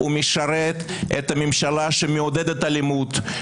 הוא משרת את הממשלה שמעודדת אלימות,